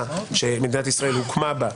השיטה שמדינת ישראל הוקמה בה,